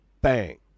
Bang